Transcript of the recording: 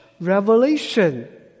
revelation